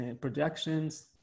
projections